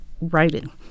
writing